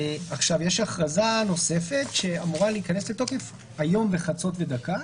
יש הכרזה נוספת שאמורה להיכנס לתוקף היום בחצות ודקה